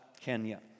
Kenya